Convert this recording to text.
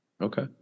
okay